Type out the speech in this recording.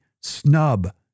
snub